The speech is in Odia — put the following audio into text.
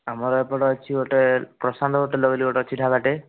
ଆମର ଏଇପଟେ ଅଛି ଗୋଟିଏ ପ୍ରଶାନ୍ତ ହୋଟେଲ ବୋଲି ଗୋଟିଏ ଅଛି ଢାବାଟେ